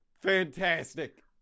fantastic